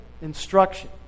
instruction